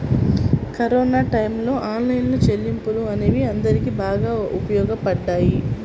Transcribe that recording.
corona టైయ్యంలో online చెల్లింపులు అనేవి అందరికీ బాగా ఉపయోగపడ్డాయి